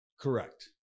Correct